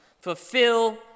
fulfill